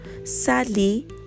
Sadly